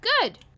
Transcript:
good